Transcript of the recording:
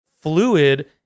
fluid